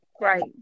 Right